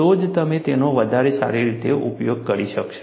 તો જ તમે તેનો વધારે સારી રીતે ઉપયોગ કરી શકશો